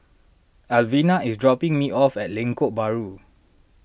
Alvena is dropping me off at Lengkok Bahru